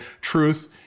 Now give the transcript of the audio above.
truth